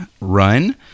run